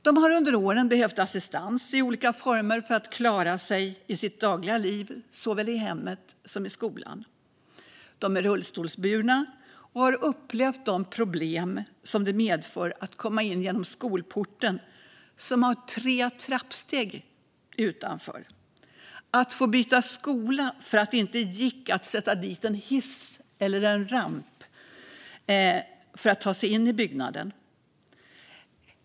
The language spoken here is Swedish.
De har under åren behövt assistans i olika former för att klara sina dagliga liv såväl i hemmet som i skolan. De är rullstolsburna och har upplevt de problem som det medför att till exempel inte komma in genom skolporten som har tre trappsteg utanför och därmed få byta skola för att det inte gick att sätta dit en hiss eller en ramp för att ta sig in i byggnaden.